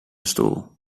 stoel